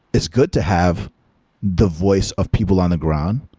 it's good to have the voice of people on the ground,